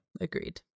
agreed